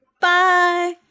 Bye